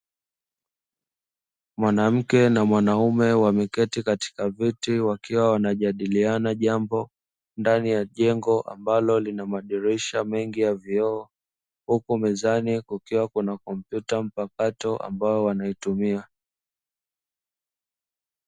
Mwanamke na mwanaume wameketi katika viti wakiwa wanajadiliana jambo ndani ya jengo ambalo lina madirisha mengi ya vioo, huku mezani kukiwa kuna kompyuta mpakato ambayo wanaitumia.